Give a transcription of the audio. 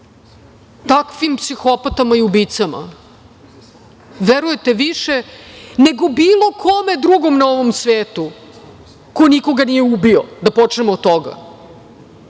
takvim psihopatama i ubicama verujete više nego bilo kome drugom na ovom svetu, ko nikoga nije ubio, da počnemo od toga?